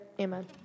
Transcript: Amen